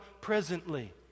presently